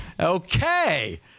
Okay